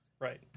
right